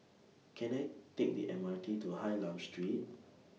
Can I Take The M R T to Hylam Street